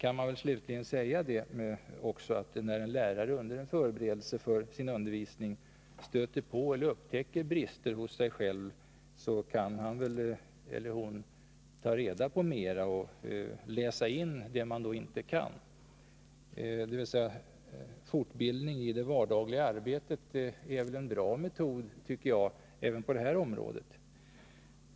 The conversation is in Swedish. Jag kan också säga att när en lärare under en förberedelse för sin undervisning upptäcker brister hos sig själv kan han eller hon väl ta reda på mer och läsa in vad man inte kan. Fortbildning i det vardagliga arbetet är en bra metod även på detta område.